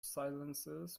silences